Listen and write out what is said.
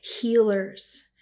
healers